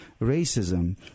racism